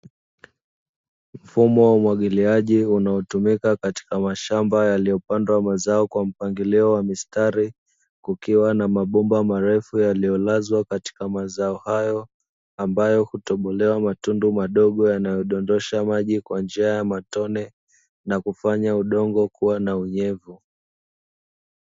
Mfumo wa umwagiliaji unaotumika katika mashamba yalipandwa mazao kwa mpangilio wa misitari, kukiwa na mabomba marefu yaliyolazwa katika mazao hayo, ambayo hutobolewa matundu madogo yanayodondosha maji kwa njia ya matone, na kufanya udongo kuwa na unyevu.